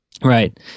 Right